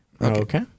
Okay